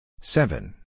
seven